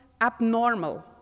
abnormal